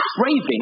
craving